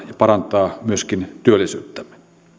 parantaa myöskin työllisyyttämme